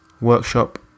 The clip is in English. workshop